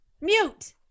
Mute